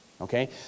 Okay